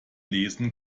lesen